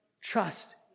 trust